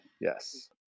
Yes